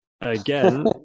again